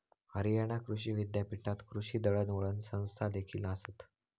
हरियाणा कृषी विद्यापीठात कृषी दळणवळण संस्थादेखील आसत